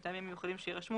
מטעמים מיוחדים שיירשמו,